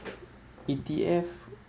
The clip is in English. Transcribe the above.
E_T_F